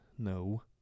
No